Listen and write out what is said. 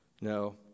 No